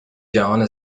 جهان